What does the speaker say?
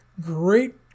great